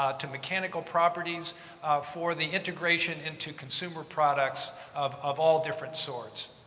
ah to mechanical properties for the integration into consumer products of of all different sorts.